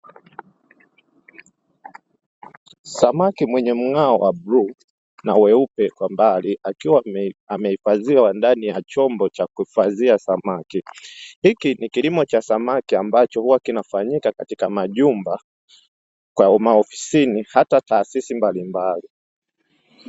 Samaki mwenye mng'ao wa bluu na weupe kwa mbali akiwa amehifadhiwa ndani ya chombo cha kuhifadhia samaki. Hiki ni kilimo cha samaki ambacho huwa kinafanyika katika majumba, ofisi hata taasisi mbalimbali.